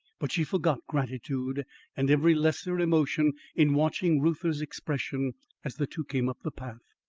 but she forgot gratitude and every lesser emotion in watching reuther's expression as the two came up the path.